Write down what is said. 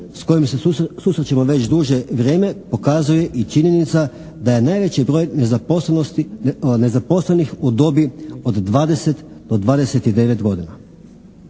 s kojim se susrećemo već duže vrijeme pokazuje i činjenica da je najveći broj nezaposlenih u dobi od 20-29 godina.